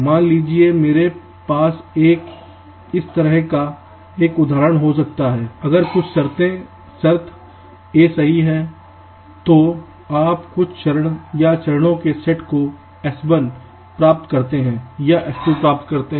मान लीजिए मेरे पास इस तरह का एक उदाहरण हो सकता है अगर कुछ शर्त a सही है तो आप कुछ चरण या चरणों के सेट को S1 प्राप्त करते हैं या S2 प्राप्त करते हैं